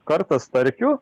kartą starkių